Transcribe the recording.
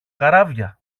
καράβια